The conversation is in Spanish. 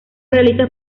realiza